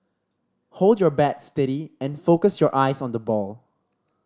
hold your bat steady and focus your eyes on the ball